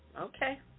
Okay